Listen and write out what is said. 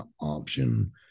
option